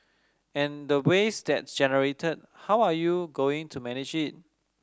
and the waste that generated how are you going to manage it